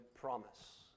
promise